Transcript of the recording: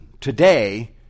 Today